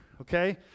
okay